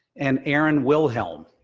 and erin wilhelm.